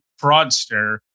fraudster